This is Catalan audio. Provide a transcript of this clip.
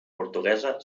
portuguesa